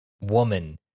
woman